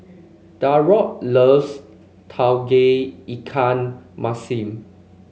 Darold loves Tauge Ikan Masin